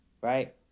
right